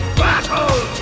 battle